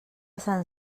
sant